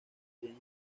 james